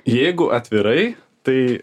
jeigu atvirai tai